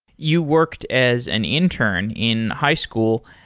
you worked as an intern in high school.